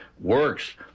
works